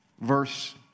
verse